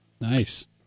Nice